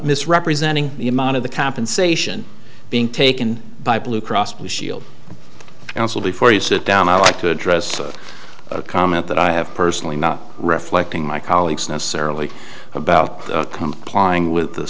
misrepresenting the amount of the compensation being taken by blue cross blue shield and before you sit down i like to address a comment that i have personally not reflecting my colleagues necessarily about complying with the